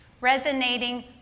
resonating